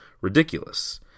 ridiculous